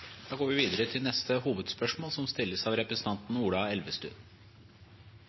Vi går videre til neste hovedspørsmål.